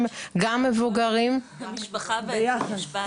אני מקבלת משכורת גם על הדיון בשבוע הבא,